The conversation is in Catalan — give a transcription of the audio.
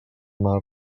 mar